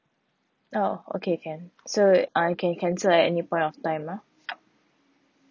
oh okay can so I can cancel at any point of time ah